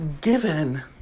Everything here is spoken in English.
given